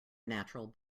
natural